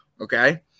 okay